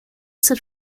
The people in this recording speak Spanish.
ser